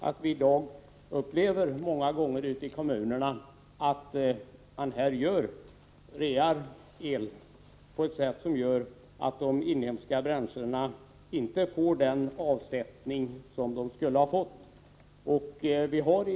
Ute i kommunerna upplever man det så att el realiseras på ett sätt som gör att de inhemska bränslena inte får den avsättning de annars skulle ha fått.